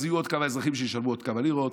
אז יהיו עוד כמה אזרחים שישלמו כמה לירות,